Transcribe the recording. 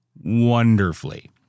wonderfully